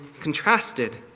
contrasted